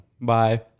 bye